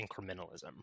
incrementalism